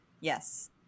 yes